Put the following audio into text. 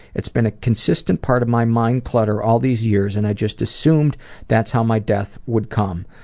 it's been a consistent part of my mind clutter all these years and i just assumed that's how my death would come.